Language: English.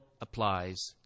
applies